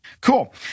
Cool